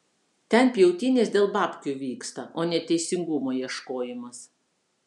ten pjautynės dėl babkių vyksta o ne teisingumo ieškojimas